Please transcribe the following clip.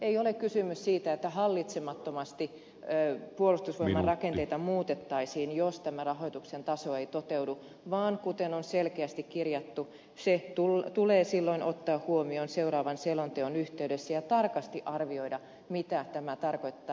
ei ole kysymys siitä että hallitsemattomasti puolustusvoimien rakenteita muutettaisiin jos tämä rahoituksen taso ei toteudu vaan kuten on selkeästi kirjattu se tulee silloin ottaa huomioon seuraavan selonteon yhteydessä ja tarkasti arvioida mitä tämä tarkoittaa